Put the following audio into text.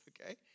okay